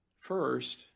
first